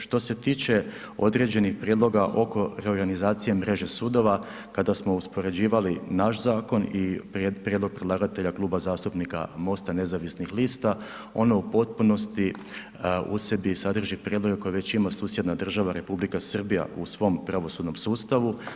Što se tiče određenih prijedloga oko reorganizacije mreže sudova, kada smo uspoređivali naš zakon i prijedlog predlagatelja Kluba zastupnika MOST-a nezavisnih lista, ono u potpunosti u sebi sadrži prijedloge koje već ima susjedna država Republika Srbija u svom pravosudnom sustavu.